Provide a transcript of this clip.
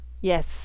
Yes